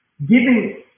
giving